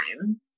time